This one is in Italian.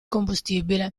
combustibile